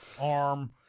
arm